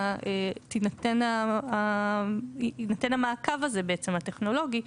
תינתן, יינתן המעקב הזה, בעצם הטכנולוגי.